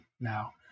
now